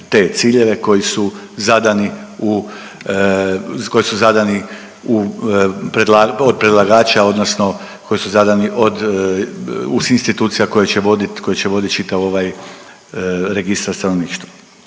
zadani u, koji su zadani od predlagača odnosno koji su zadani od institucija koje će vodit, koje će vodit čitav ovaj registar stanovništva.